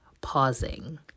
pausing